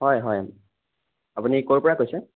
হয় হয় আপুনি ক'ৰ পৰা কৈছে